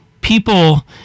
people